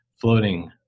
floating